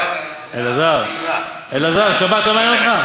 אלעזר, שבת לא נאה לך?